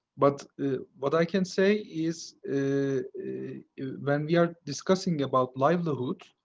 but what i can say is when we are discussing about livelihood,